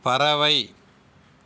பறவை